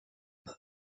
aba